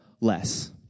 less